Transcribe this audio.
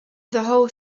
whole